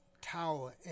tower